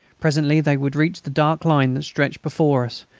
presently they would reach the dark line that stretched before us,